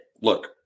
look